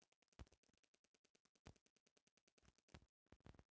घोंघा में बहुत ज्यादा प्रोटीन मिलेला